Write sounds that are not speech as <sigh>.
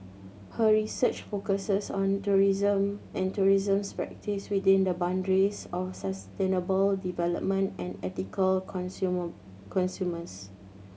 her research focuses on tourism and tourism's practice within the boundaries of sustainable development and ethical consumer <unintelligible>